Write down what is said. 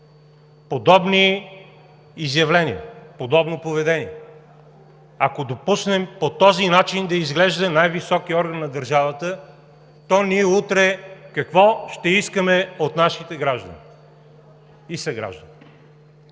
подобни изявления, подобно поведение, ако допуснем по този начин да изглежда най-високият орган на държавата, то ние утре какво ще искаме от нашите граждани и съграждани?